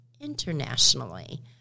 internationally